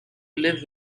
live